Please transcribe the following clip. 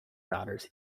daughters